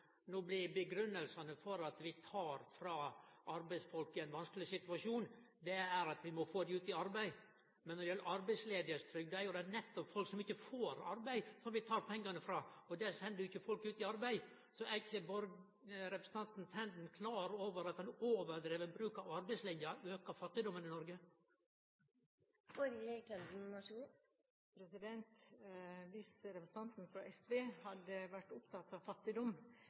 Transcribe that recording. No er grunngjevingane for at vi tek pengar frå arbeidsfolk i ein vanskeleg situasjon, at vi må få dei ut i arbeid. Men når det gjeld arbeidsløysetrygd, er det nettopp folk som ikkje får arbeid, vi tek pengane frå, og det sender jo ikkje folk ut i arbeid. Er ikkje representanten Tenden klar over at ein overdriven bruk av arbeidslinja aukar fattigdommen i Noreg? Hvis representanten fra SV hadde vært opptatt av fattigdom,